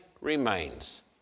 remains